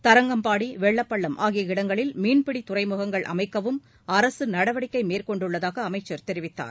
தரங்கம்பாடி வெள்ளப்பள்ளம் ஆகிய இடங்களில் மீன்பிடி துறைமுகங்கள் அமைக்கவும் அரசு நடவடிக்கை மேற்கொண்டுள்ளதாக அமைச்சர் தெரிவித்தார்